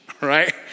right